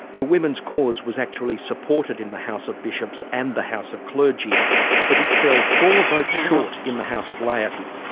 the women's cause was actually supported in the house of bishops and the house of clergy but it fell four votes short in the house of laity.